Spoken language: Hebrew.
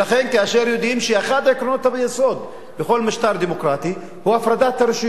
כאשר יודעים שאחד מעקרונות היסוד בכל משטר דמוקרטי הוא הפרדת הרשויות,